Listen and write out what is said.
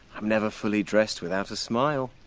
i'm never fully dressed without a smile.